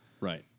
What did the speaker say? Right